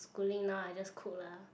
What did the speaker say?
schooling now I just cook lah